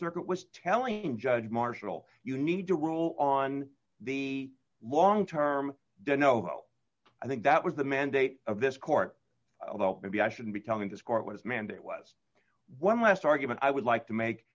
circuit was telling judge marshall you need to rule on the long term don't know i think that was the mandate of this court although maybe i should become in this court was mandate was one less argument i would like to make